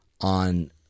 on